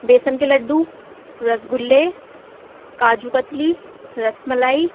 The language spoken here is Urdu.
بیسن کے لڈو رسگلے کاجو کتلی رس ملائی